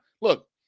look